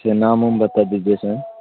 اچھا نام وام بتا دیجیے سر